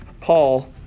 Paul